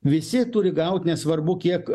visi turi gaut nesvarbu kiek